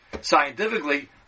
scientifically